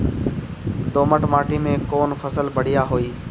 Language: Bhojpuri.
दोमट माटी में कौन फसल बढ़ीया होई?